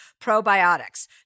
probiotics